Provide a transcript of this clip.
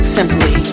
Simply